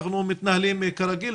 אנחנו מתנהלים כרגיל,